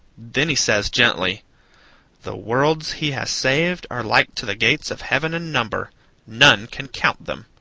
then he says, gently the worlds he has saved are like to the gates of heaven in number none can count them.